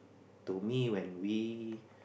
to me when we